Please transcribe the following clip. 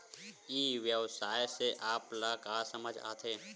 ई व्यवसाय से आप ल का समझ आथे?